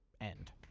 End